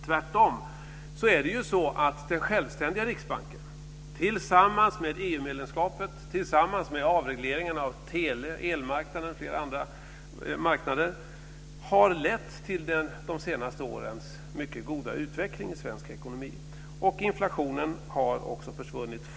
Tvärtom har den självständiga Riksbanken tillsammans med EU medlemskapet, avregleringen av tele och elmarknaden och flera andra marknader bidragit till de senaste årens mycket goda utveckling i svensk ekonomi. Inflationen har också försvunnit.